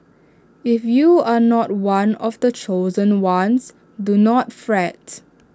if you are not one of the chosen ones do not fret